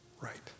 right